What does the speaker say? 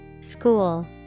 School